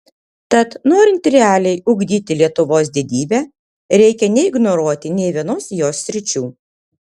tad norint realiai ugdyti lietuvos didybę reikia neignoruoti nei vienos jos sričių